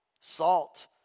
Salt